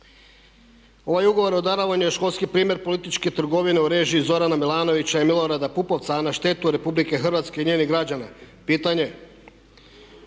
Ovaj ugovor o darovanju je školski primjer političke trgovine u režiji Zorana Milanovića i Milorada Pupovca a na štetu RH i njenih građana. Pitanje,